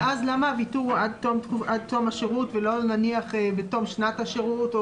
אבל אז למה הוויתור הוא עד תום השירות ולא נניח בתום שנת השירות?